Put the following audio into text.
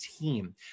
team